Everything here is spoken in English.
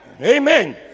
amen